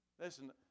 listen